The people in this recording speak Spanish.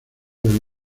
del